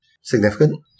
Significant